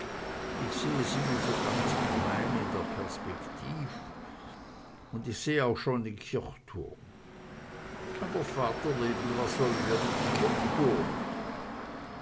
ich seh es immer so ganz klein in der perspektiv und ich seh auch schon den kirchturm aber vaterleben was sollen wir mit m kirchturm